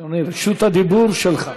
כפי, אדוני, רשות הדיבור שלך.